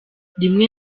rimwe